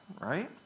right